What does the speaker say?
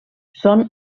són